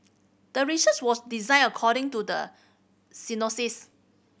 the research was designed according to the